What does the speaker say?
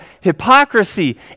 hypocrisy